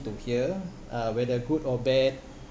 to here uh whether good or bad